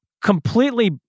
completely